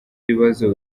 ibibazo